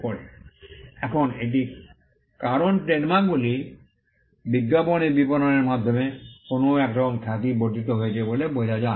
এখন এটি কারণ ট্রেডমার্কগুলি বিজ্ঞাপন এবং বিপণনের মাধ্যমে কোনও একরকম খ্যাতি বর্ধিত হয়েছে বলে বোঝা যায়